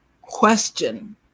Question